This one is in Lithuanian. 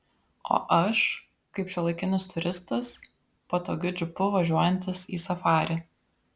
o aš kaip šiuolaikinis turistas patogiu džipu važiuojantis į safarį